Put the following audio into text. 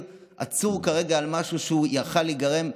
עצור כרגע על משהו שיכול היה להיגמר,